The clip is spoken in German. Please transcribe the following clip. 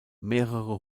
mehrere